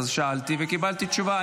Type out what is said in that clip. אז שאלתי וקיבלתי תשובה.